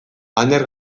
aner